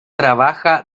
trabaja